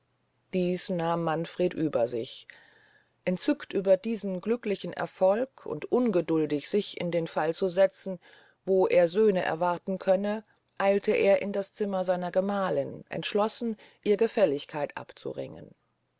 dies nahm manfred über sich entzückt über diesen glücklichen erfolg und ungeduldig sich in den fall zu setzen wo er söhne erwarten könne eilte er in das zimmer seiner gemahlin entschlossen ihr gefälligkeit abzudringen